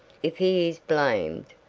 if he is blamed,